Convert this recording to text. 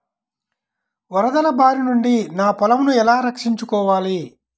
వరదల భారి నుండి నా పొలంను ఎలా రక్షించుకోవాలి?